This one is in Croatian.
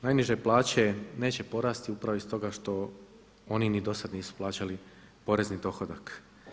Najniže plaće neće porasti u pravo i stoga što oni ni do sad nisu plaćali porezni dohodak.